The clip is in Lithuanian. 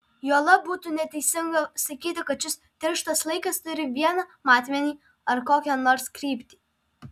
juolab būtų neteisinga sakyti kad šis tirštas laikas turi vieną matmenį ar kokią nors kryptį